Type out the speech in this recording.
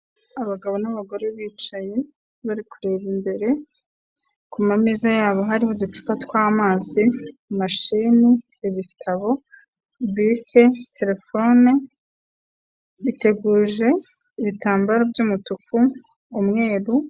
Abagabo n'abagore bicaye bari kureba imbere, kumameza yabo harimo uducupa tw'amazi, mashini, ibitabo, bike, terefone, biteguje ibitambaro by'umutuku, umweru.